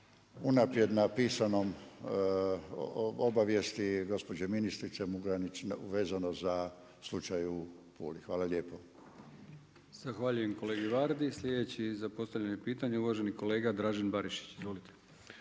unaprijed napisanoj obavijesti, gospođe ministrice Murganić, vezano za slučaj u Puli. Hvala lijepo. **Brkić, Milijan (HDZ)** Zahvaljujem kolegi Vardi. Slijedeći za postavljanje pitanja uvaženi kolega Dražen Barišić. Izvolite.